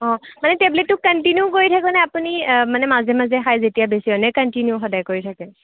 অঁ মানে টেবলেটটো কানটিনিউ কৰি থাকে নে আপুনি মানে মাজে মাজে খাই যেতিয়া বেছি হয় নে কনটিনিউ সদায় কৰি থাকে